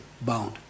bound